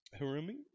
Harumi